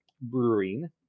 Brewing